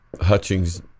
Hutchings